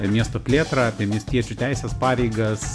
miesto plėtrą apie miestiečių teises pareigas